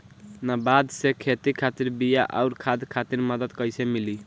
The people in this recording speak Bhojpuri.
नाबार्ड से खेती खातिर बीया आउर खाद खातिर मदद कइसे मिली?